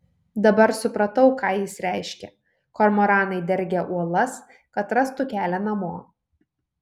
dabar supratau ką jis reiškia kormoranai dergia uolas kad rastų kelią namo